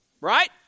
right